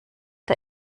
der